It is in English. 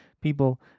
people